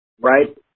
right